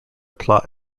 plot